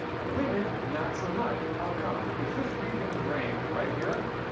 women, not so much. how come? because this region of the brain right here,